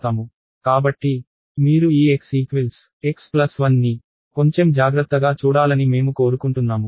కాబట్టి మీరు ఈ x ఈక్విల్స్ x 1 xx1ని కొంచెం జాగ్రత్తగా చూడాలని మేము కోరుకుంటున్నాము